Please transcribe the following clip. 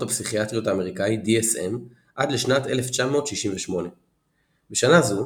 הפסיכיאטריות האמריקאי DSM עד לשנת 1968. בשנה זו,